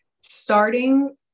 starting